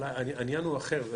אבל העניין הוא אחר.